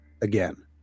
again